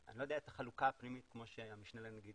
אני לא יודע את החלוקה הפנימית כמו שהמשנה לנגיד